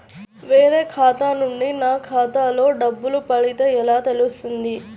వేరే ఖాతా నుండి నా ఖాతాలో డబ్బులు పడితే ఎలా తెలుస్తుంది?